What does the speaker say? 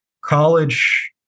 college